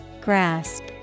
grasp